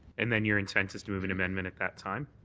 and then your intent is to move an amendment at that time?